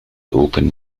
opened